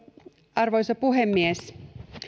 arvoisa puhemies